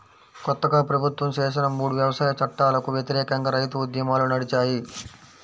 కొత్తగా ప్రభుత్వం చేసిన మూడు వ్యవసాయ చట్టాలకు వ్యతిరేకంగా రైతు ఉద్యమాలు నడిచాయి